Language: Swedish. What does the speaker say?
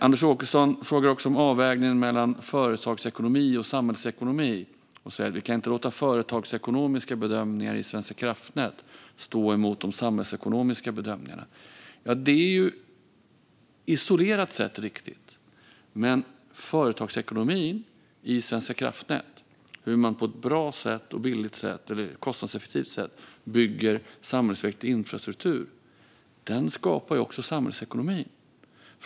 Anders Åkesson frågar också om avvägningen mellan företagsekonomi och samhällsekonomi och säger att vi inte kan låta företagsekonomiska bedömningar i Svenska kraftnät stå mot de samhällsekonomiska bedömningarna. Det är isolerat sett riktigt. Men företagsekonomin i Svenska kraftnät, hur man på ett bra och billigt sätt eller kostnadseffektivt sätt bygger samhällsviktig infrastruktur, skapar också samhällsekonomin.